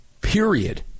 Period